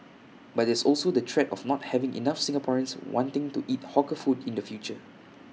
but there's also the threat of not having enough Singaporeans wanting to eat hawker food in the future